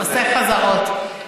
עושה חזרות.